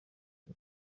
ari